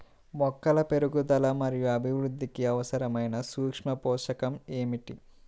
మొక్కల పెరుగుదల మరియు అభివృద్ధికి అవసరమైన సూక్ష్మ పోషకం ఏమిటి?